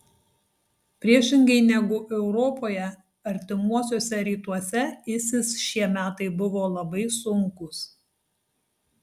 priešingai negu europoje artimuosiuose rytuose isis šie metai buvo labai sunkūs